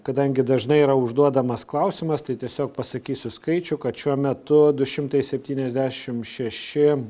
kadangi dažnai yra užduodamas klausimas tai tiesiog pasakysiu skaičių kad šiuo metu du šimtai septyniasdešim šeši